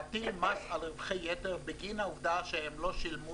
להטיל מס על רווחי יתר בגין העובדה שהם לא שילמו